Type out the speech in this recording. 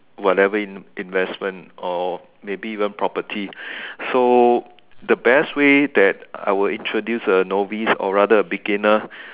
whatever you investment or maybe even property so the best way that I would introduce a novice or rather a beginner